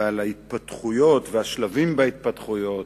ועל ההתפתחויות והשלבים בהתפתחויות,